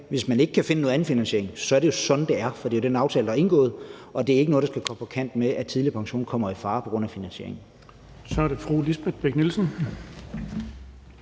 hvis man ikke kan finde en anden finansiering, så er det jo sådan, det er, for det er den aftale, der er indgået. Og det er ikke noget, der skal gøre, at vi kommer på kant med det, sådan at den tidlige pension kommer i fare på grund af finansieringen. Kl. 15:22 Den fg.